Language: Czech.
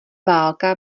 válka